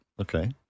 okay